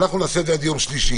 אנחנו נעשה את זה עד יום שלישי.